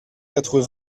quatre